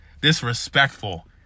Disrespectful